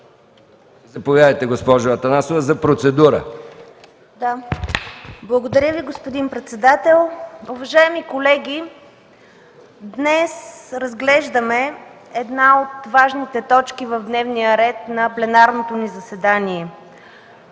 Заповядайте, госпожо Атанасова, за процедура.